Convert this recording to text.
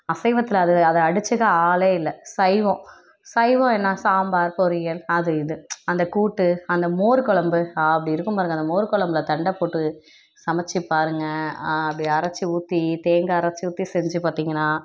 அசைவத்தில் அதை அதை அடிச்சிக்க ஆளே இல்லை சைவம் சைவம் என்ன சாம்பார் பொரியல் அது இது அந்தக்கூட்டு அந்த மோர்குழம்பு அப்டி இருக்கும் பாருங்க அந்த மோர்குழம்பில் தண்டைபோட்டு சமைச்சிப்பாருங்க அப்டி அரைச்சி ஊற்றி தேங்காய் அரைச்சி ஊற்றி செஞ்சு பார்த்தீங்கனா